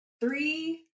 Three